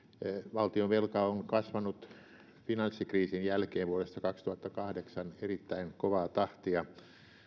valtionvelka on kasvanut finanssikriisin jälkeen vuodesta kaksituhattakahdeksan erittäin kovaa tahtia